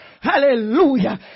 hallelujah